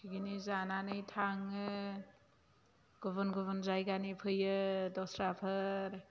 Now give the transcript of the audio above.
picnic जानानै थाङो गुबुन गुबुन जायगानि फैयो दस्राफोर